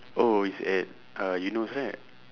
oh it's at uh eunos right